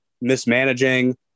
mismanaging